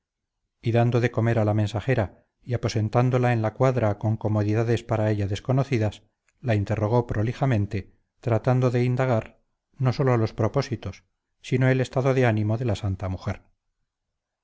y dando de comer a la mensajera y aposentándola en la cuadra con comodidades para ella desconocidas la interrogó prolijamente tratando de indagar no sólo los propósitos sino el estado de ánimo de la santa mujer